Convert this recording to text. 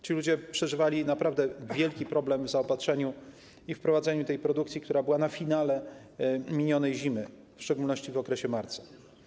Ci ludzie przeżywali naprawdę wielki problem z zaopatrzeniem i wprowadzeniem tej produkcji, która była na finale minionej zimy, w szczególności w okresie marca.